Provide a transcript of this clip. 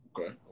Okay